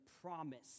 promise